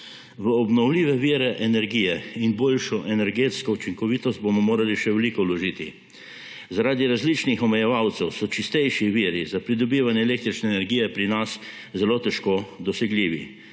V obnovljive vire energije in boljšo energetsko učinkovitost bomo morali še veliko vložiti. Zaradi različnih omejevalcev so čistejši viri za pridobivanje električne energije pri nas zelo težko dosegljivi.